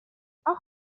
auch